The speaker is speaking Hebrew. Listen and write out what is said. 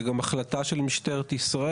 זה חלק מהעבודה שלנו,